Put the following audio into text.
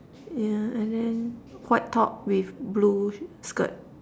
yeah and then white top with blue sh~ skirt